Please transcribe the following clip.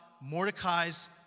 Mordecai's